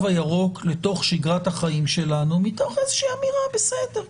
הירוק לתוך שגרת החיים שלנו מתוך איזושהי אמירה: בסדר,